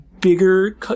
bigger